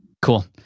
Cool